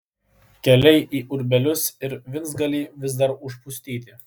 keliai į urbelius ir vincgalį vis dar užpustyti